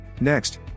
Next